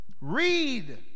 read